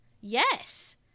yes